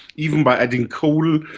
even by adding coal.